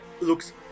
looks